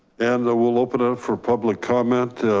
and we'll open up for public comment.